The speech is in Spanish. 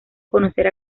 conocer